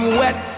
wet